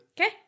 Okay